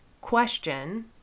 question